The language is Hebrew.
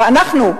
אנחנו,